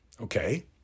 Okay